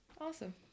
Awesome